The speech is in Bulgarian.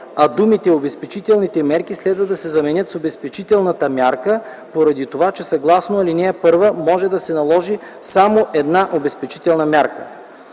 а думите „обезпечителните мерки” следва да се заменят с „обезпечителната мярка”, поради това, че съгласно ал. 1 може да се наложи само една обезпечителна мярка.